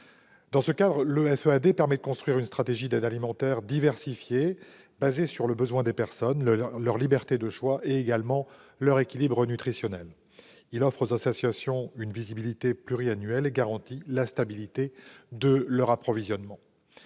Dans ce cadre, le FEAD permet de construire une stratégie d'aide alimentaire diversifiée, fondée sur les besoins des personnes, leur liberté de choix et leur équilibre nutritionnel. Il offre aux associations une visibilité pluriannuelle et garantit la stabilité de leurs approvisionnements.